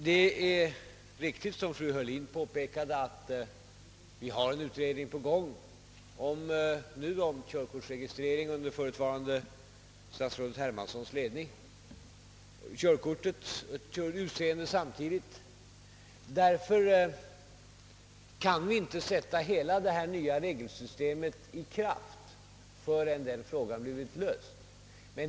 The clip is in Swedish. Det är riktigt som fru Heurlin påpekade att vi har en utredning i arbete om körkortsregistrering och körkortets utseende under förutvarande statsrådet Hermanssons ledning, och därför kan vi inte sätta hela detta nya regelsystem i kraft förrän dessa frågor blivit lösta.